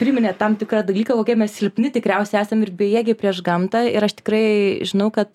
priminė tam tikrą dalyką kokie mes silpni tikriausiai esam ir bejėgiai prieš gamtą ir aš tikrai žinau kad